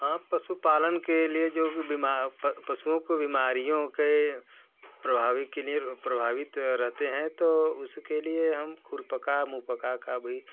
हाँ पशुपालन ले लिए जो भी बीमा पशुओं को बीमारियों के प्रभावी के लिए प्रभावित रहते हैं तो उसके लिए हम खुरपका मुहपका का भी